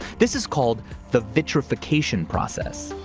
this is called the vitrification process.